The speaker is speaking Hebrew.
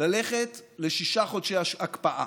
ללכת לשישה חודשי הקפאה.